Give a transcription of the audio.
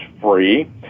free